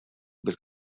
bil